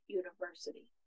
university